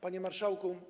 Panie Marszałku!